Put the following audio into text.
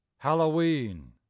Halloween